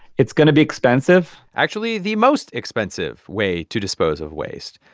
it's going to be expensive actually, the most expensive way to dispose of waste,